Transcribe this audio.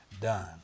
done